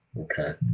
Okay